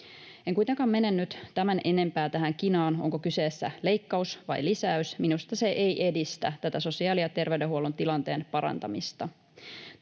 En kuitenkaan mene nyt tämän enempään tähän kinaan, onko kyseessä leikkaus vai lisäys, minusta se ei edistä tätä sosiaali- ja terveydenhuollon tilanteen parantamista.